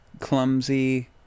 clumsy